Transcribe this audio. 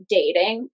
dating